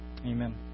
Amen